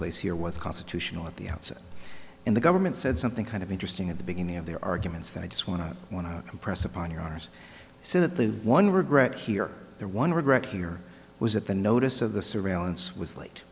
place here was constitutional at the outset in the government said something kind of interesting at the beginning of their arguments that i just want i want to impress upon your honour's so that the one regret here the one regret here was that the notice of the surveillance was late